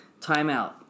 Timeout